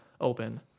open